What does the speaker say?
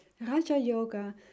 raja-yoga